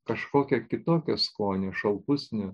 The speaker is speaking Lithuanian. kažkokio kitokio skonio šalpusnių